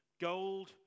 Gold